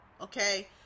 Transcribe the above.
okay